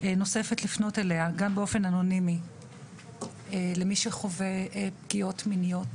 נוספת לפנות אליה גם באופן אנונימי למי שחווה פגיעות מיניות,